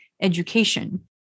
education